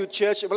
church